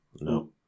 no